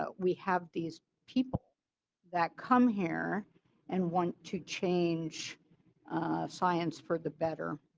but we have these people that come here and want to change science for the better.